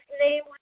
name